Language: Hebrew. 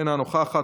אינה נוכחת,